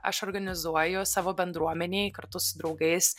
aš organizuoju savo bendruomenei kartu su draugais